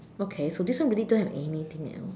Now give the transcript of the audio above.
okay so this one really don't have anything at all